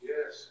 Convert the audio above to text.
Yes